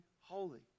holy